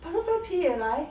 butterfly pea 也来